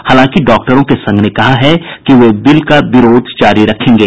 हालांकि डॉक्टरों के संघ ने कहा है कि वे बिल का विरोध जारी रखेंगे